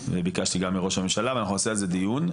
וביקשתי גם מראש הממשלה ואנחנו נעשה על זה דיון,